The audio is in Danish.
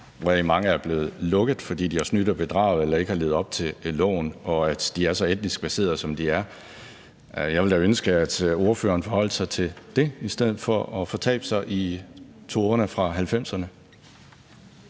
hvoraf mange er blevet lukket, fordi de har snydt og bedraget eller ikke har levet op til loven, og fordi de er så etnisk baseret, som de er. Jeg ville da ønske, at ordføreren forholdt sig til det i stedet for at fortabe sig i tonerne fra 90'erne.